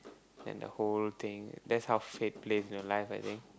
then the whole thing that's how fate plays in your life I think